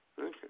Okay